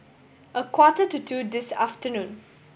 a quarter to two this afternoon